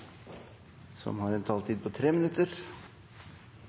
som har fått en